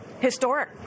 historic